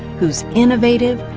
who's innovative,